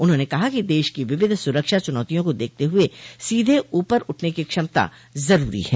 उन्होंने कहा कि देश की विविध सुरक्षा चुनौतियों को देखते हुए सीधे ऊपर उठने की क्षमता जरूरी है